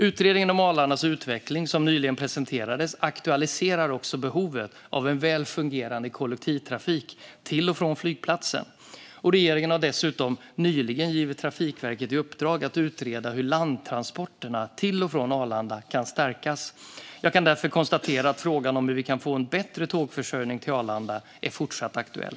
Utredningen om Arlandas utveckling som nyligen presenterades aktualiserar också behovet av en välfungerande kollektivtrafik till och från flygplatsen. Regeringen har dessutom nyligen givit Trafikverket i uppdrag att utreda hur landtransporterna till och från Arlanda kan stärkas. Jag kan därför konstatera att frågan om hur vi kan få en bättre tågförsörjning till Arlanda fortsatt är aktuell.